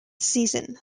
season